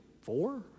four